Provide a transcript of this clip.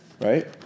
right